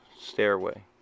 stairway